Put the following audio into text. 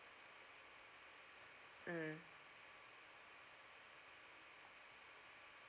mm